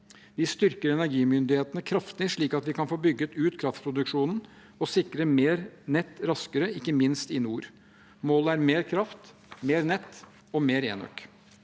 Vi styrker energimyndighetene kraftig, slik at vi kan få bygget ut kraftproduksjonen og sikre mer nett raskere, ikke minst i nord. Målet er mer kraft, mer nett og mer enøk.